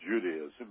Judaism